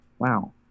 wow